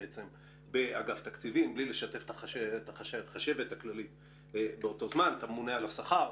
באג"ת בלי לשתף את החשבת הכללית ואת הממונה על השכר.